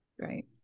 right